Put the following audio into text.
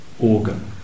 organ